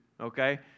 okay